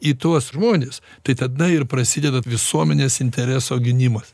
į tuos žmones tai tada ir prasideda visuomenės intereso gynimas